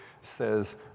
says